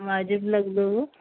वाजिबु लॻंदो